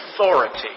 authority